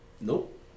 Nope